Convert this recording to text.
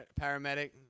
paramedic